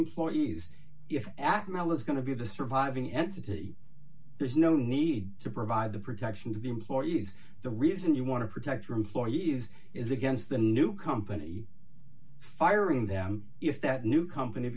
employees if atmel was going to be the surviving entity there's no need to provide the protection to the employees the reason you want to protect your employees is against the new company firing them if that new company